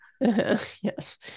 Yes